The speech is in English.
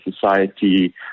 society